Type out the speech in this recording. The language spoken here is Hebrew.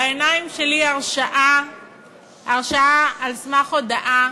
בעיניים שלי, הרשעה על סמך הודאה